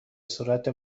صورت